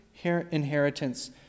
inheritance